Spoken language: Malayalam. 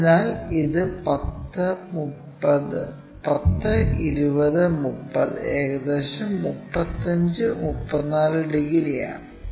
അതിനാൽ ഇത് 102030 ഏകദേശം 35 34 ഡിഗ്രി ആണ്